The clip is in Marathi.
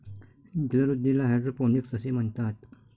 जलवृद्धीला हायड्रोपोनिक्स असे म्हणतात